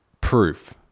proof